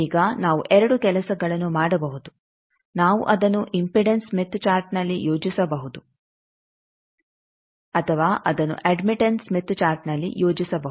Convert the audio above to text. ಈಗ ನಾವು ಎರಡು ಕೆಲಸಗಳನ್ನು ಮಾಡಬಹುದು ನಾವು ಅದನ್ನು ಇಂಪೀಡನ್ಸ್ ಸ್ಮಿತ್ ಚಾರ್ಟ್ನಲ್ಲಿ ಯೋಜಿಸಬಹುದು ಅಥವಾ ಅದನ್ನು ಅಡ್ಮಿಟಂಸ್ ಸ್ಮಿತ್ ಚಾರ್ಟ್ನಲ್ಲಿ ಯೋಜಿಸಬಹುದು